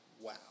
Wow